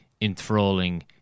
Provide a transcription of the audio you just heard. enthralling